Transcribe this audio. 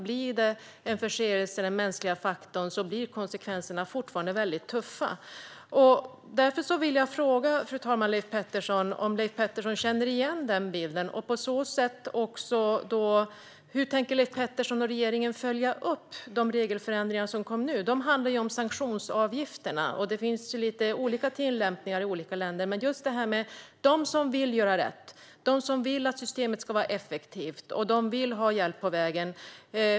Blir det en förseelse som beror på den mänskliga faktorn blir konsekvenserna fortfarande väldigt tuffa. Därför vill jag fråga om Leif Pettersson känner igen den bilden. Hur tänker Leif Pettersson och regeringen följa upp de regelförändringar som kom nu? De handlar ju om sanktionsavgifterna, och det finns lite olika tillämpningar i olika länder. Företagarna vill göra rätt. De vill att systemet ska vara effektivt, och de vill ha hjälp på vägen.